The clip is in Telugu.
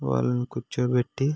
వాళ్ళని కూర్చోబెట్టి